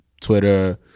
Twitter